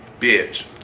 bitch